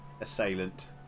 Assailant